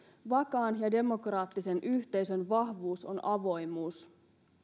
vakaan ja demokraattisen yhteisön vahvuus on avoimuus